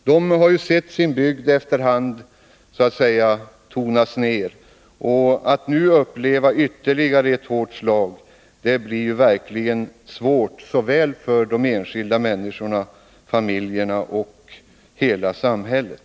De har sett sin bygd efter hand försvagas, och att nu uppleva ytterligare ett hårt slag blir verkligen svårt såväl för de enskilda människorna och familjerna som för hela samhället.